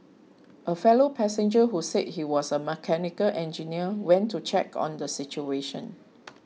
a fellow passenger who said he was a mechanical engineer went to check on the situation